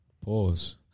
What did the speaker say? Pause